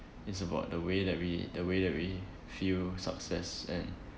it's about the way that we the way that we feel success and